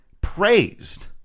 praised